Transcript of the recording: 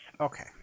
Okay